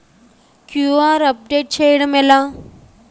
QR update చేయడం ఎలా?